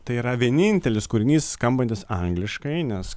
tai yra vienintelis kūrinys skambantis angliškai nes